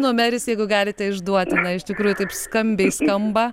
numeris jeigu galite išduoti na iš tikrųjų taip skambiai skamba